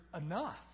enough